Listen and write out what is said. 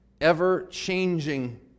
ever-changing